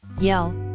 yell